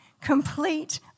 complete